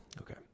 Okay